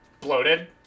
bloated